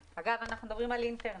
אגב, אנחנו מדברים על אינטרנט.